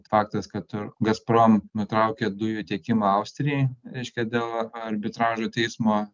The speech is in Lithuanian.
faktas kad gasprom nutraukia dujų tiekimą austrijai reiškia dėl arbitražo teismo